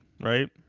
right